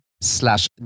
slash